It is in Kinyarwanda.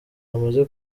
bamaze